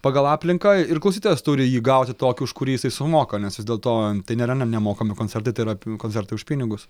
pagal aplinką ir klausytojas turi jį gauti tokį už kurį jisai sumoka nes vis dėlto tai nėra ne nemokami koncertai tai yra koncertai už pinigus